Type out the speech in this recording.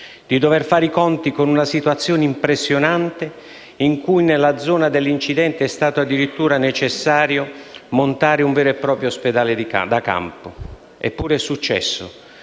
di dover fare i conti con una situazione impressionante, per cui, nella zona dell'incidente, è stato addirittura necessario montare un vero e proprio ospedale da campo. Eppure è successo